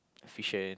efficient